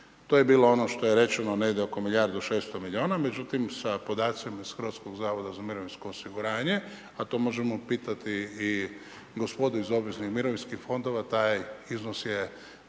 To je bilo ono što je rečeno negdje oko milijardu 600 miliona. Međutim, sa podacima iz HZMO-a, a to možemo pitati i gospodu iz obveznih mirovinskih fondova, taj iznos je